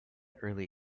early